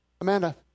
Amanda